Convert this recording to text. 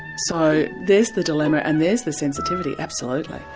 so there's the dilemma, and there's the sensitivity, absolutely.